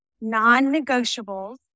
non-negotiables